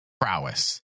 prowess